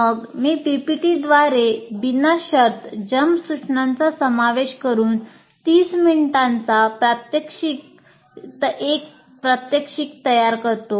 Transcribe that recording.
मग मी PPTद्वारे बिनशर्त जंप सूचनांचा समावेश करून 30 मिनिटांचा प्रात्यक्षिक 1 तयार करतो